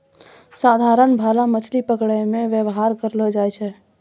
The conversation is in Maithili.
साधारण भाला मछली पकड़ै मे वेवहार करलो जाय छै